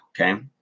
Okay